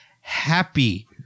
happy